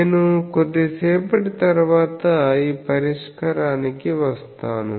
నేను కొద్దిసేపటి తరువాత ఈ పరిష్కారానికి వస్తాను